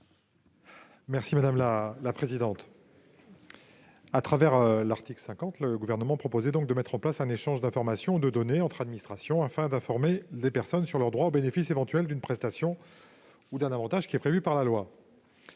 est à M. Éric Kerrouche. À l'article 50, le Gouvernement propose de mettre en place un échange d'informations ou de données entre administrations, afin d'informer les personnes sur leurs droits au bénéfice éventuel d'une prestation ou d'un avantage prévu par la loi.